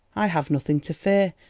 i have nothing to fear,